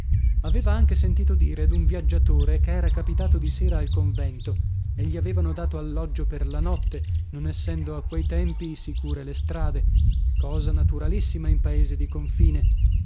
aveva anche sentito dire d'un viaggiatore che era capitato di sera al convento e gli avevano dato alloggio per la notte non essendo a quei tempi sicure le strade cosa naturalissima in paese di confine